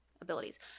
abilities